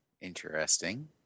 Interesting